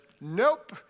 nope